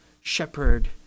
shepherd